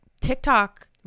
TikTok